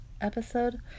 episode